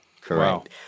Correct